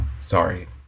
sorry